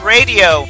Radio